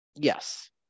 yes